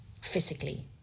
physically